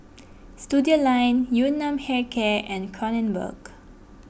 Studioline Yun Nam Hair Care and Kronenbourg